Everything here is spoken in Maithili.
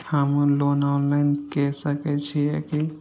हमू लोन ऑनलाईन के सके छीये की?